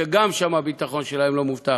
שגם שם הביטחון שלהם לא מובטח.